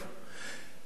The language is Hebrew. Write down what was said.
איזו שאלה.